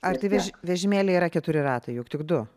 ar ve vežimėlyje yra keturi ratai juk tik du